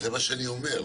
זה מה שאני אומר.